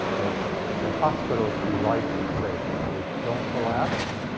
that that hospitals be life-safe. that they don't collapse.